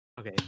okay